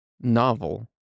novel